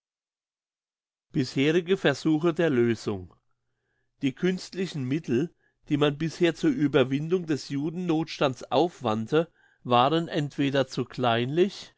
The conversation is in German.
bisherige versuche der lösung die künstlichen mittel die man bisher zur ueberwindung des judennothstandes aufwandte waren entweder zu kleinlich